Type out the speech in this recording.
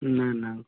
न न